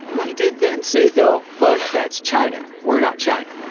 he did then say, though, but that's china. we're not china.